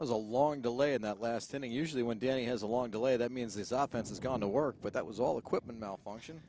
as a long delay in that last inning usually when danny has a long delay that means it's up and has gone to work but that was all equipment malfunction